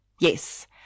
Yes